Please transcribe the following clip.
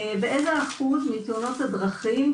באיזה אחוז בתאונות הדרכים,